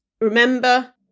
remember